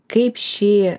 kaip šį